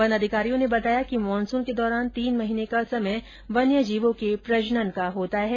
one अधिकारियों ने बताया कि मानसून के दौरान तीन महीने का समय वन्य जीवों के प्रजनन का होता है